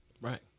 right